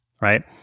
right